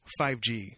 5G